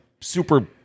super